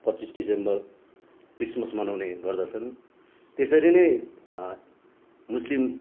पच्चिस दिसम्बर क्रिस्मस मनाउने गर्दछन् त्यसरी नै मुस्लिम